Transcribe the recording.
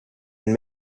and